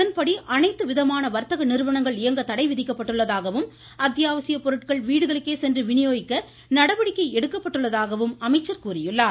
அதன்படி அனைத்து விதமான வர்த்தக நிறுவனங்கள் இயங்க தடை விதிக்கப்பட்டுள்ளதாகவும் அத்யாவசிய பொருட்கள் வீடுகளுக்கே சென்று விநியோகிக்க நடவடிக்கை எடுக்கப்பட்டுள்ளதாகவும் குறிப்பிட்டுள்ளார்